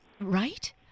Right